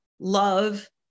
love